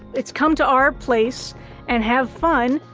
it's, come to our place and have fun,